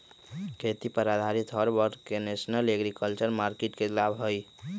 खेती पर आधारित हर वर्ग के नेशनल एग्रीकल्चर मार्किट के लाभ मिला हई